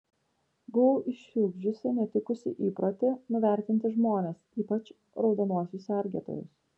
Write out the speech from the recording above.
buvau išsiugdžiusi netikusį įprotį nuvertinti žmones ypač raudonuosius sergėtojus